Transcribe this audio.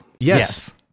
Yes